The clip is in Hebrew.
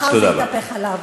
מחר זה יתהפך עליו.